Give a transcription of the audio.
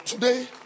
Today